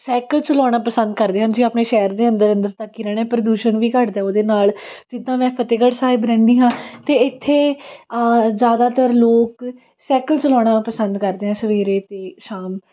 cycle ਚਲਾਉਣਾ ਪਸੰਦ ਕਰਦੇ ਹਨ ਜੇ ਆਪਣੇ ਸ਼ਹਿਰ ਦੇ ਅੰਦਰ ਅੰਦਰ ਤੱਕ ਹੀ ਰਹਿਣਾ ਪ੍ਰਦੂਸ਼ਣ ਵੀ ਘੱਟਦਾ ਉਹਦੇ ਨਾਲ ਜਿੱਦਾਂ ਮੈਂ ਫਤਿਹਗੜ੍ਹ ਸਾਹਿਬ ਰਹਿੰਦੀ ਹਾਂ ਅਤੇ ਇੱਥੇ ਜ਼ਿਆਦਾਤਰ ਲੋਕ ਸਾਈਕਲ ਚਲਾਉਣਾ ਪਸੰਦ ਕਰਦੇ ਆ ਸਵੇਰੇ ਅਤੇ ਸ਼ਾਮ